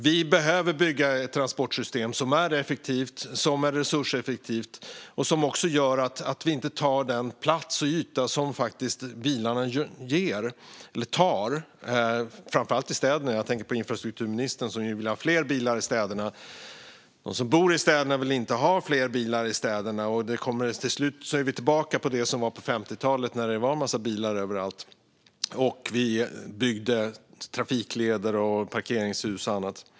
Vi behöver bygga ett transportsystem som är resurseffektivt och som också gör att vi inte tar den plats och yta som bilarna tar framför allt i städerna. Jag tänker på att infrastrukturministern vill ha fler bilar i städerna. De som bor i städerna vill inte ha fler bilar i städerna. Till slut är vi tillbaka i hur det var på 50-talet när det var en massa bilar överallt. Vi byggde trafikleder, parkeringshus och annat.